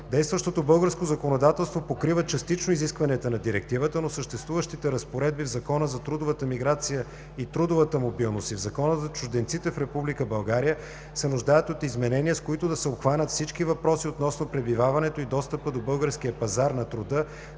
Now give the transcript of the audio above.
Действащото българско законодателство покрива частично изискванията на Директивата, но съществуващите разпоредби в Закона за трудовата миграция и трудовата мобилност и в Закона за чужденците в Република България се нуждаят от изменения, с които да се обхванат всички въпроси относно пребиваването и достъпа до българския пазар на труда